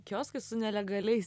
kioskai su nelegaliais